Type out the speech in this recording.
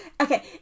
okay